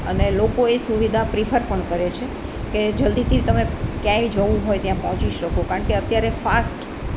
અને લોકો એ સુવિધા પ્રીફર પણ કરે છે કે જલદીથી તમારે ક્યાંય જવું હોય ત્યાં પહોંચી શકો કારણ કે અત્યારે ફાસ્ટ